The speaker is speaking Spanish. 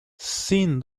sin